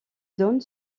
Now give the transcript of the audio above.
donne